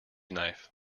knife